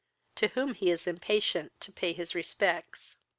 to whom he is impatient to pay his respects.